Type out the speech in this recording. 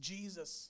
Jesus